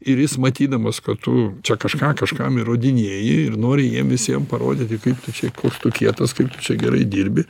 ir jis matydamas kad tu čia kažką kažkam įrodinėji ir nori jiem visiem parodyti kaip tu čia koks tu kietas kaip tu čia gerai dirbi